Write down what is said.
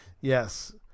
yes